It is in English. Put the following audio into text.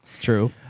True